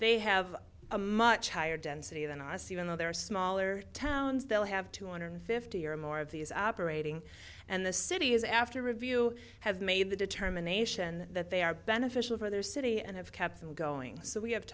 they have a much higher density than i see even though they're smaller towns they'll have two hundred fifty or more of these operating and the city is after review have made the determination that they are beneficial for their city and have kept them going so we have t